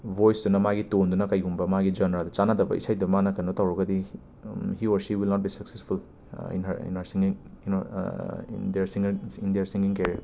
ꯕꯣꯏꯁꯇꯨꯅ ꯃꯥꯒꯤ ꯇꯣꯟꯗꯨꯅ ꯀꯩꯒꯨꯝꯕ ꯃꯥꯒꯤ ꯖꯟꯔꯗ ꯆꯥꯟꯅꯗꯕ ꯏꯁꯩꯗ ꯃꯥꯅ ꯀꯦꯅꯣ ꯇꯧꯔꯒꯗꯤ ꯍꯤ ꯑꯣꯔ ꯁꯤ ꯋꯤꯜ ꯅꯣꯠ ꯕꯤ ꯁꯛꯁꯦꯁꯐꯨꯜ ꯏꯟ ꯍꯔ ꯏꯟ ꯍꯔ ꯁꯤꯉꯤꯡ ꯏꯟ ꯏꯟ there senior in there ꯁꯤꯉꯤꯡ career